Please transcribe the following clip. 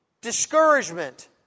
discouragement